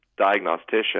diagnostician